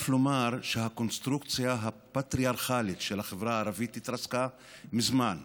לומר שהקונסטרוקציה הפטריארכלית של החברה הערבית התרסקה מזמן,